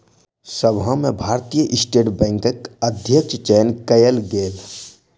सभा में भारतीय स्टेट बैंकक अध्यक्षक चयन कयल गेल